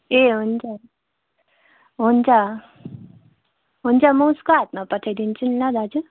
ए हुन्छ हुन्छ हुन्छ म उसको हातमा पठाइदिन्छु नि ल दाजु